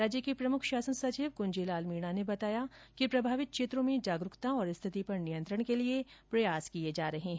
राज्य के प्रमुख शासन सचिव कुंजी लाल मीणा ने बताया कि प्रभावित क्षेत्रो में जागरुकता और स्थिति पर नियंत्रण के लिए प्रयास किए जा रहे हैं